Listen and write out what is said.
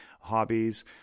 Hobbies